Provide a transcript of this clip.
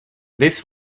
this